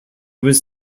was